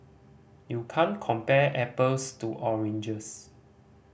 you can't compare apples to oranges